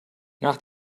nach